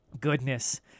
goodness